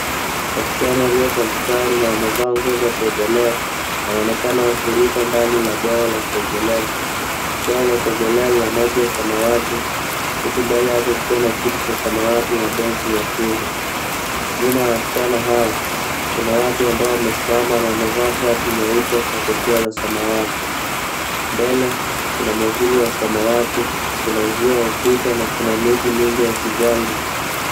Wasichana walio kwa mstari na wamevaa nguo za kuogelea wanaonekana wakiruka ndani la bwawa la kuogelea. Bwawa la kuogelea lina maji ya samawati huku mbele yake ukiona kiti cha samawati na benchi nyekundu. Nyuma ya wasichana hao kuna watu ambao wamesimama na wamevaa shati nyeupe na kofia za samawati. Mbele kuna mwavuli wa samawati. Kuna uzio wa ukuta na kuna miti mingi ya kijani